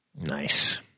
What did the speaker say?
Nice